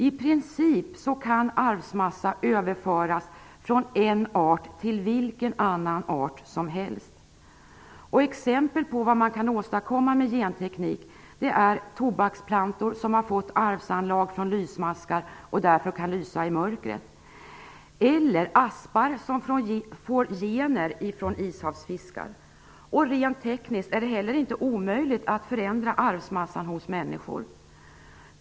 I princip kan arvsmassa överföras från en art till vilken annan art som helst. Exempel på vad man kan åstadkomma med genteknik är tobaksplantor som har fått arvsanlag från lysmaskar och därför kan lysa i mörkret och aspar som fått gener från ishavsfiskar. Rent tekniskt är det heller inte omöjligt att förändra arvsmassan hos människor.